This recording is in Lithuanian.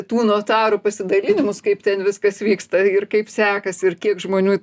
tų notarų pasidalinimus kaip ten viskas vyksta ir kaip sekasi ir kiek žmonių